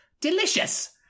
Delicious